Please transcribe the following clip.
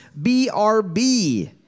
BRB